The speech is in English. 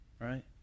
right